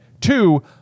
two